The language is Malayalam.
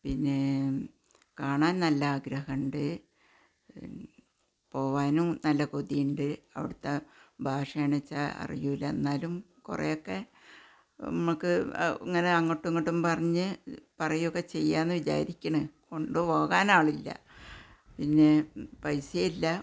പിന്നെ കാണാൻ നല്ല ആഗ്രഹമുണ്ട് പോവാനും നല്ല കൊതിയുണ്ട് അവിടത്തെ ഭാഷയാണ്ച്ചാല് അറിയില്ല എന്നാലും കുറേയൊക്കെ നമുക്ക് ഇങ്ങനെ അങ്ങോട്ടും ഇങ്ങോട്ടും പറഞ്ഞ് പറയൊക്ക ചെയ്യാമെന്ന് വിചാരിക്കുന്നു കൊണ്ടുപോകാൻ ആളില്ല പിന്നെ പൈസേം ഇല്ല